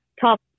top